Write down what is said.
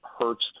hurts